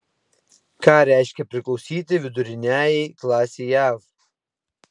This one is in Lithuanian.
ką reiškia priklausyti viduriniajai klasei jav